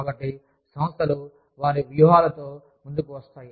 కాబట్టి సంస్థలు వారి వ్యూహాలతో ముందుకు వస్తాయి